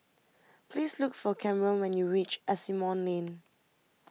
please look for Camron when you reach Asimont Lane